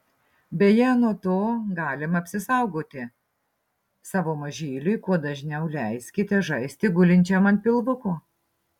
beje nuo to galima apsisaugoti savo mažyliui kuo dažniau leiskite žaisti gulinčiam ant pilvuko